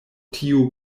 tiu